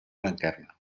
blanquerna